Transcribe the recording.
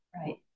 Right